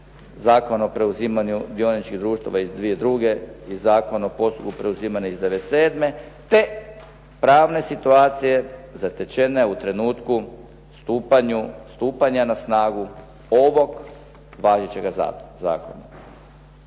Zakon o preuzimanju dioničkih društava iz 2002. i Zakon o postupku preuzimanja iz '97. te pravne situacije zatečene u trenutku stupanja na snagu ovog važećega zakona.